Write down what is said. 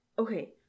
Okay